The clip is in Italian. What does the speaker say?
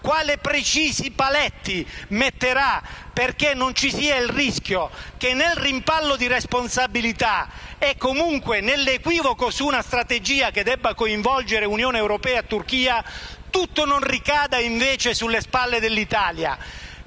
Quali precisi paletti metterà, perché non ci sia il rischio che, nel rimpallo di responsabilità e comunque nell'equivoco su una strategia che debba coinvolgere Unione europea e Turchia, tutto non ricada invece sulle spalle dell'Italia?